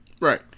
Right